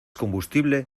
combustible